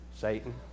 Satan